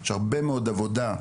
יש הרבה מאוד עבודה,